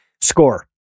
score